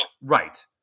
Right